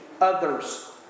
others